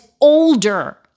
older